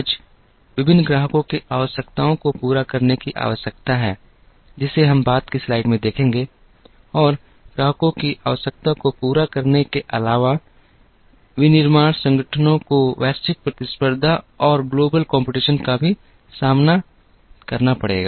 आज विभिन्न ग्राहकों के आवश्यकताओं को पूरा करने की आवश्यकता है जिसे हम बाद की स्लाइड में देखेंगे और ग्राहकों की आवश्यकताओं को पूरा करने के अलावा विनिर्माण संगठनों को वैश्विक प्रतिस्पर्धा का भी सामना करना पड़ेगा